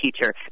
teacher